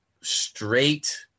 straight